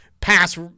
pass